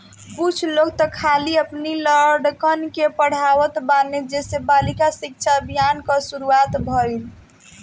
कुछ लोग तअ खाली अपनी लड़कन के पढ़ावत बाने जेसे बालिका शिक्षा अभियान कअ शुरुआत भईल